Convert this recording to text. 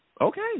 Okay